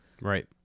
Right